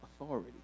authority